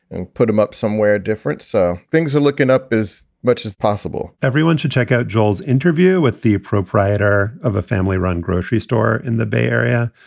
and put them up somewhere different. so things are looking up as much as possible everyone should check out joel's interview with the proprietor of a family run grocery store in the bay area.